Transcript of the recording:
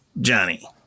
Johnny